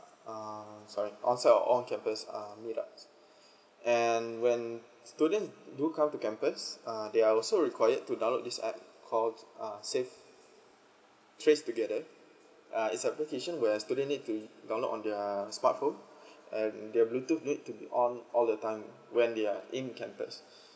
uh sorry onsite or on campus uh meet up and when student do come to campus uh they are also required to download this app called uh save trace together uh is application where student need to download on their smartphone and their bluetooth need to be on all the time when they are in campus